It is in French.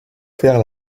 faire